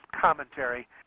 commentary